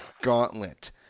gauntlet